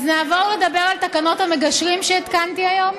אז נעבור לדבר על תקנות המגשרים שהתקנתי היום?